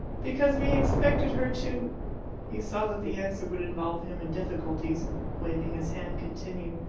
because we expected her to he saw that the answer would involve him in difficulties, and, waving his hand, continued,